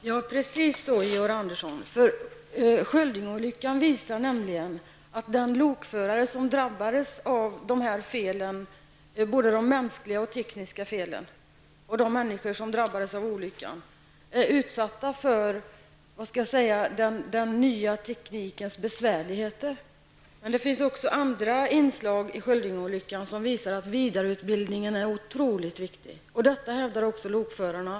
Herr talman! Det är precis riktigt, Georg Andersson. Sköldingeolyckan visade nämligen att den lokförare som drabbades genom både de mänskliga och de tekniska felen och de människor som drabbades av olyckan var utsatta för vad jag skulle vilja kalla den nya teknikens besvärligheter. Det finns också andra inslag i Sköldingeolyckan som visar att vidareutbildningen är otroligt viktig. Detta hävdar också lokförarna.